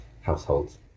households